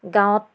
গাঁৱত